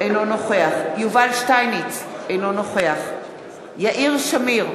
אינו נוכח יובל שטייניץ, אינו נוכח יאיר שמיר,